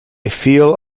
feel